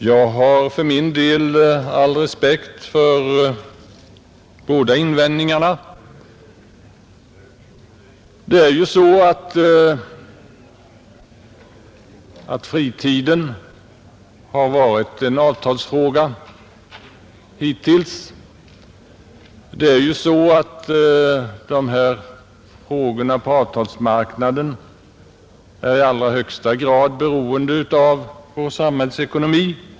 Jag har för min del all respekt för båda invändningarna, Fritiden har ju hittills i stort sett varit en avtalsfråga, och de här frågorna på avtalsmarknaden är i allra högsta grad beroende av vår samhällsekonomi.